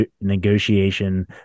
negotiation